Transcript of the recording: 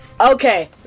Okay